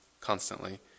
constantly